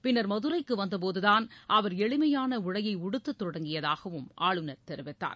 பின்னர் மதுரைக்கு வந்தபோதுதான் அவர் எளிமையான உடையை உடுத்த தொடங்கியதாகவும் ஆளுநர் தெரிவித்தார்